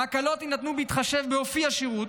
ההקלות יינתנו בהתחשב באופי השירות,